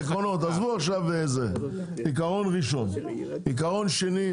עיקרון שני,